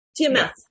TMS